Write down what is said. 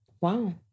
wow